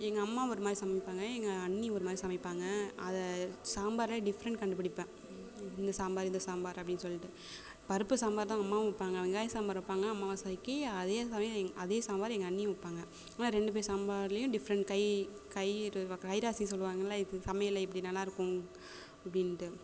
எங்கள் அம்மா ஒரு மாதிரி சமைப்பாங்க எங்கள் அண்ணி ஒரு மாதிரி சமைப்பாங்க அதை சாம்பார்லே டிஃப்ரெண்ட் கண்டுபிடிப்பேன் அந்த சாம்பார் இந்த சாம்பார் அப்படின் சொல்லிட்டு பருப்பு சாம்பார் தான் அம்மாவும் வைப்பாங்க வெங்காயம் சாம்பார் வைப்பாங்க அமாவாசைக்கி அதையே சம அதே சாம்பார் எங்கள் அண்ணியும் வைய்ப்பாங்க ஆனால் ரெண்டு பேர் சாம்பாரலேயும் டிஃப்ரெண்ட் கை கைரு வ கைராசி சொல்லுவாங்களே இது சமையலில் இப்படி நல்லாயிருக்கும் அப்படின்ட்டு